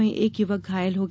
वहीं एक युवक घायल हो गया